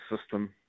system